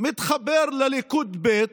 מתחבר לליכוד ב'